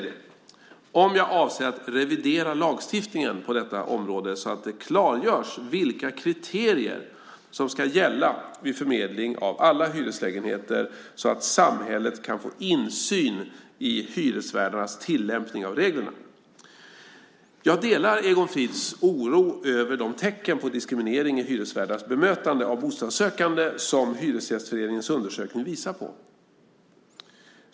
Avser statsrådet att revidera lagstiftningen på detta område så att det klargörs vilka kriterier som ska gälla vid förmedling av alla hyreslägenheter så att samhället kan få insyn i hyresvärdarnas tillämpning av reglerna? Jag delar Egon Frids oro över de tecken på diskriminering i hyresvärdars bemötande av bostadssökande som Hyresgästföreningens undersökning visar på.